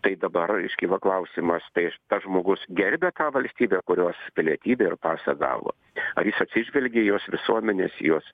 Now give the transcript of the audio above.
tai dabar iškyla klausimas tai tas žmogus gerbia tą valstybę kurios pilietybę ir pasą gavo ar jis atsižvelgia į jos visuomenės jos